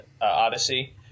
Odyssey